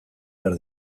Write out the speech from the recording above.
behar